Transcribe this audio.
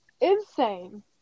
Insane